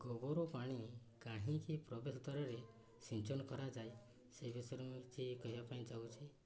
ଗୋବର ପାଣି କାହିଁକି ପ୍ରବେଶ ଦ୍ୱାରରେ ସିଞ୍ଚନ କରାଯାଏ ସେଇ ବିଷୟରେ ମୁଁ କିଛି କହିବା ପାଇଁ ଚାହୁଁଛି